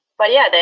but yeah,